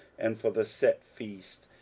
and for the set feasts,